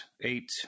eight